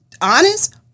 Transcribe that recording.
honest